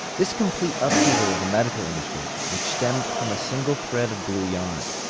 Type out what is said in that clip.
this complete upheaval of the medical industry, which stemmed from a single thread of blue yarn,